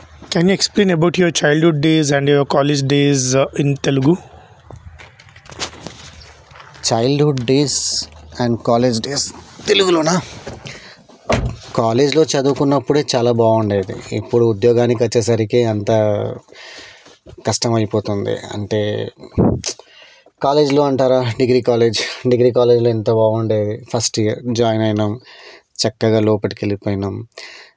can you explain about your childhood days and your college days in Telugu childhood days and college days తెలుగులోనా కాలేజ్లో చదువుకున్నప్పుడే చాలా బాగుండేది ఇప్పుడు ఉద్యోగానికి వచ్చేసరికి అంతా కష్టం అయిపోతుంది అంటే కాలేజ్లో అంటారా డిగ్రీ కాలేజ్ డిగ్రీ కాలేజ్లో ఎంతో బాగుండేది ఫస్ట్ ఇయర్ జాయిన్ అయినాము చక్కగా లోపటికి వెళ్ళిపోయినాము